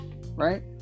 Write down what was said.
right